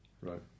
right